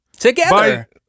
Together